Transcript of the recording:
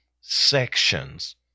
sections